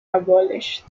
abolished